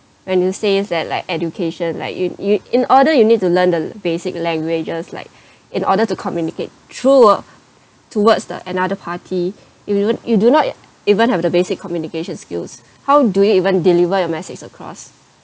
when you says that like education like you you in order you need to learn the basic languages like in order to communicate through towards the another party you don't you do not even have the basic communication skills how do even deliver your message across